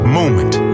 moment